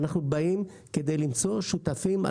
אנחנו באים כדי למצוא שותפים,